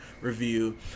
review